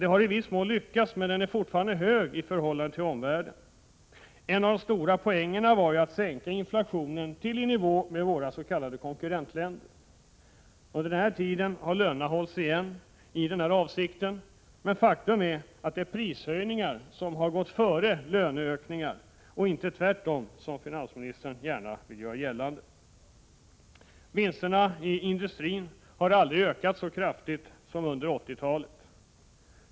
Det har i viss mån lyckats, men vår inflation är fortfarande hög i förhållande till omvärldens. En av de stora poängerna var ju att man skulle sänka inflationen till i nivå med våra s.k. konkurrentländer. Under denna tid har lönerna hållits igen i denna avsikt, men faktum är att det är prishöjningarna som gått före löneökningarna, och inte tvärtom, som finansministern gärna vill göra gällande. Vinsterna i industrin har aldrig ökat så kraftigt som under 1980-talet.